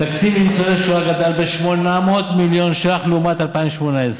תקציב לניצולי השואה גדל בכ-800 מיליון ש"ח לעומת 2018,